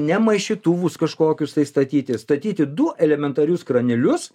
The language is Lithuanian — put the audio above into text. ne maišytuvus kažkokius tai statyti statyti du elementarius kranelius